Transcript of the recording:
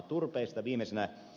turpeesta viimeisenä